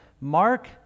Mark